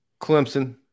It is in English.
Clemson